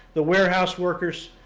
the warehouse workers,